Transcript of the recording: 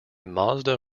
mazda